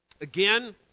Again